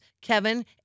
Kevin